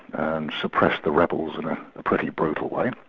and suppressed the rebels in a pretty brutal way,